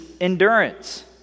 endurance